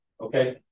okay